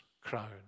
crown